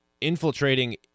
infiltrating